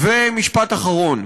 משפט אחרון.